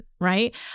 Right